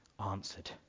answered